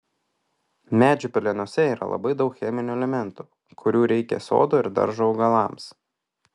medžių pelenuose yra labai daug cheminių elementų kurių reikia sodo ir daržo augalams